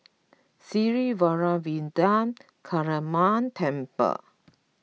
Sri Vairavimada Kaliamman Temple